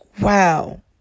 wow